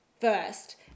first